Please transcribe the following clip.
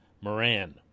Moran